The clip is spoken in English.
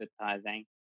advertising